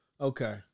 Okay